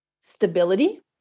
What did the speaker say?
stability